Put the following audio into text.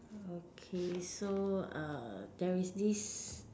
okay so uh there is this